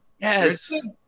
Yes